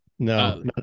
No